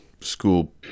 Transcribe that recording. school